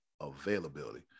availability